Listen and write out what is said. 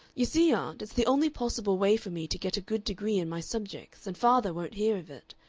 you see, aunt, it's the only possible way for me to get a good degree in my subjects, and father won't hear of it.